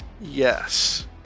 Yes